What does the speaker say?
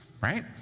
right